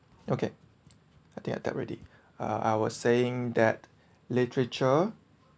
okay I think I type already uh I was saying that literature